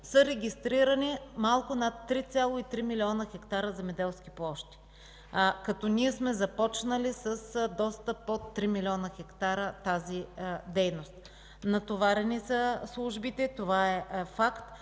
са регистрирани малко над 3,3 млн. хектара земеделски площи, като ние сме започнали с доста под 3 млн. хектара тази дейност. Натоварени са службите, това е факт,